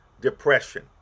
depression